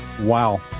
Wow